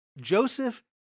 Joseph